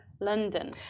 London